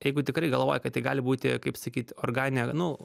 jeigu tikrai galvoji kad tai gali būti kaip sakyt organė nu